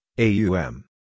AUM